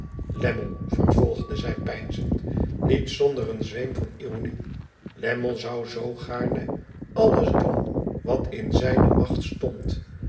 lammie vervolgde zij peinzend niet zonder een zweem van ironie lammie zou zoo gaarne alles doen wat in zijne macht stond